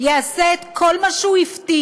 יעשה את כל מה שהוא הבטיח,